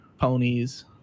ponies